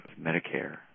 Medicare